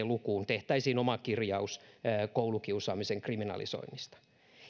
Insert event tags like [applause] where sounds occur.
[unintelligible] lukuun tehtäisiin oma kirjaus koulukiusaamisen kriminalisoinnista